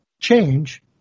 change